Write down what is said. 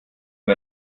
wir